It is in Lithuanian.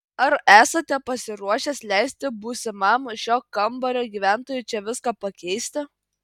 ar esate pasiruošęs leisti būsimam šio kambario gyventojui čia viską pakeisti